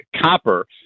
copper